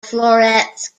florets